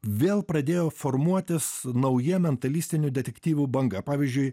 vėl pradėjo formuotis nauja mentalistinių detektyvų banga pavyzdžiui